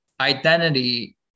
identity